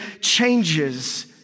changes